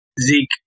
Zeke